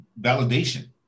validation